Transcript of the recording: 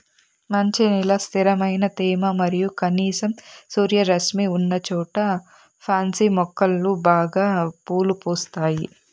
మంచి నేల, స్థిరమైన తేమ మరియు కనీసం సూర్యరశ్మి ఉన్నచోట పాన్సి మొక్కలు బాగా పూలు పూస్తాయి